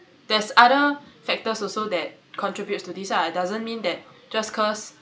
there's other factors also that contribute to this lah it doesn't mean that just cause